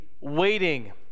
waiting